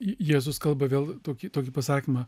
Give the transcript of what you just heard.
jėzus kalba vėl tokį tokį pasakymą